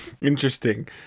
Interesting